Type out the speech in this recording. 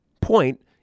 point